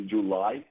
July